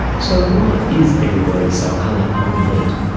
so why is everybody so hung up on meat?